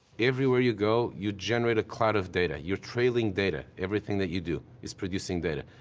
everywhere you go, you generate a cloud of data. you're trailing data, everything that you do is producing data.